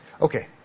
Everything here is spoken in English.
Okay